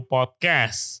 Podcast